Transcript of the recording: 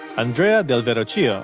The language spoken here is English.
andrea del verrocchio.